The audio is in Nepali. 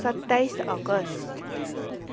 सत्ताइस अगस्ट